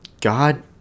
God